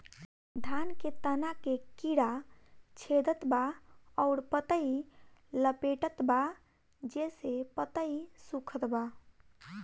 धान के तना के कीड़ा छेदत बा अउर पतई लपेटतबा जेसे पतई सूखत बा?